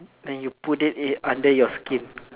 then you put it in under your skin